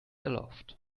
aloft